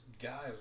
guys